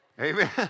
Amen